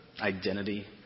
identity